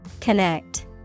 Connect